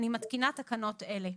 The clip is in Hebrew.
אני מתקינה תקנות אלה: